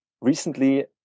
recently